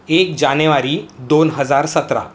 एक जानेवारी दोन हजार सतरा